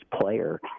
player